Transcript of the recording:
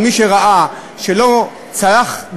אבל משראה שלא צלחה דרכו,